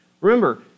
Remember